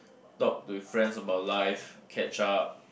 talk to friends about life catch up